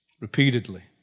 repeatedly